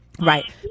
Right